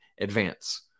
advance